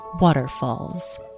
Waterfalls